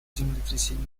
землетрясения